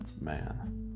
Man